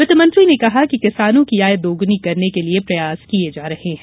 वित्त मंत्री ने कहा कि किसानों की आय दोगुनी करने के लिए प्रयास किए जा रहे हैं